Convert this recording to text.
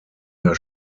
der